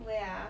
where ah